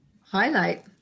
highlight